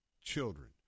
children